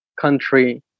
country